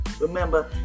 remember